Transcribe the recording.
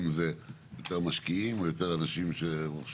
אם יותר משקיעים או יותר אנשים שרוכשים?